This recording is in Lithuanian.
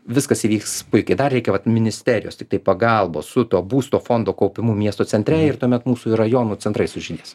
viskas įvyks puikiai dar reikia vat ministerijos tiktai pagalbos su tuo būsto fondo kaupimu miesto centre ir tuomet mūsų ir rajonų centrai sužydės